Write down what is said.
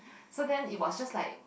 so then it was just like